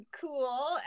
cool